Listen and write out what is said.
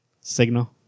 signal